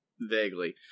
vaguely